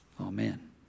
Amen